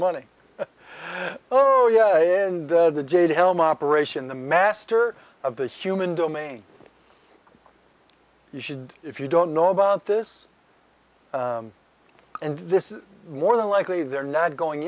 money oh yeah the jade helm operation the master of the human domain you should if you don't know about this and this is more than likely they're not going